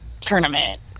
tournament